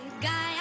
guy